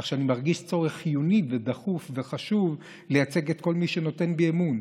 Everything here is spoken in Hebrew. כך שאני מרגיש צורך חיוני ודחוף וחשוב לייצג את כל מי שנותן בי אמון.